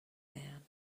man